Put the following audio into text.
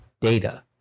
data